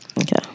Okay